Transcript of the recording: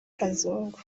kazungu